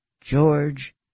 George